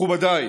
מכובדיי,